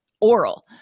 oral